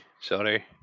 Sorry